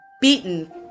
Beaten